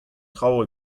traoù